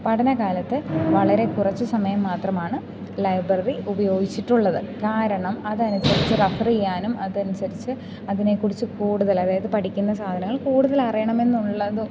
പഠനകാലത്ത് വളരെ കുറച്ച് സമയം മാത്രമാണ് ലൈബ്രറി ഉപയോഗിച്ചിട്ടുള്ളത് കാരണം അതനുസരിച്ച് റഫർ ചെയ്യാനും അതനുസരിച്ച് അതിനെക്കുറിച്ച് കൂടുതൽ അതായത് പഠിക്കുന്ന സാധനങ്ങൾ കൂടുതൽ അറിയണമെന്നുള്ളത്